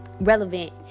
relevant